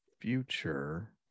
future